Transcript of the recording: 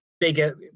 bigger